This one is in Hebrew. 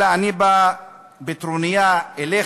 אלא אני בא בטרוניה אליך,